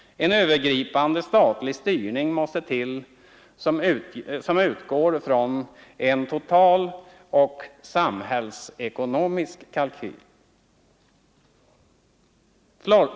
En övergripande statlig styrning måste till som utgår från en total samhällsekonomisk kalkyl.